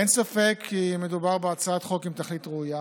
אין ספק שמדובר בהצעת חוק עם תכלית ראויה,